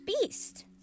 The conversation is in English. beast